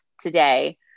today